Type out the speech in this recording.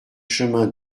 chemin